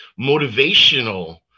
motivational